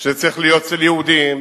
שהוא צריך להיות אצל יהודים,